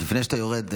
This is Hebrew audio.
לפני שאתה יורד,